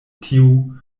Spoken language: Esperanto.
tiu